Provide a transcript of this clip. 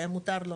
היה מותר לו